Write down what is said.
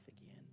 again